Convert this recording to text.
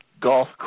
golf